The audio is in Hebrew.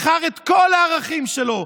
מכר את כל הערכים שלו,